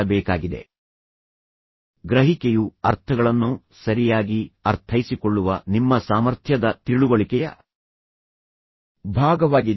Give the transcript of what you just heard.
ಈಗ ಸ್ಕ್ಯಾನಿಂಗ್ ಮತ್ತು ಸ್ಕಿಮ್ಮಿಂಗ್ನಲ್ಲಿ ನೀವು ನಿಜವಾಗಿಯೂ ಗ್ರಹಿಕೆಯನ್ನು ಅಭಿವೃದ್ಧಿಪಡಿಸುವುದಿಲ್ಲ ಗ್ರಹಿಕೆಯು ಅರ್ಥಗಳನ್ನು ಸರಿಯಾಗಿ ಅರ್ಥೈಸಿಕೊಳ್ಳುವ ನಿಮ್ಮ ಸಾಮರ್ಥ್ಯದ ತಿಳುವಳಿಕೆಯ ಭಾಗವಾಗಿದೆ